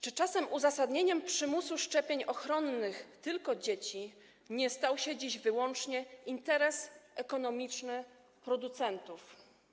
Czy czasem uzasadnieniem przymusu szczepień ochronnych tylko dzieci nie stał się dziś wyłącznie interes ekonomiczny producentów?